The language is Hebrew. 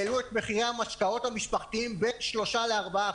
העלו את מחירי המשקאות המשפחתיים בין 3% ל-4%,